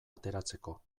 ateratzeko